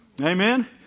Amen